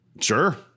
Sure